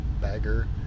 bagger